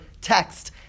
text